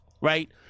right